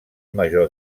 major